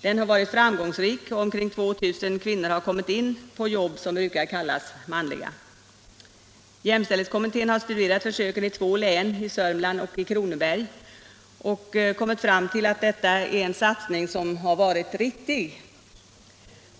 Den har varit framgångsrik. Omkring 2000 kvinnor har kommit in på arbeten som brukar kallas manliga. Jämställdhetskommittén har studerat försöken i två län — i Södermanlands län och Kronobergs län — och kom fram till att detta är en satsning som har varit riktig.